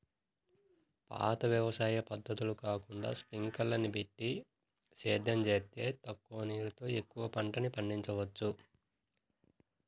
పాత వ్యవసాయ పద్ధతులు కాకుండా స్పింకర్లని బెట్టి సేద్యం జేత్తే తక్కువ నీరుతో ఎక్కువ పంటని పండిచ్చొచ్చు